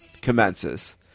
commences